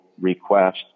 request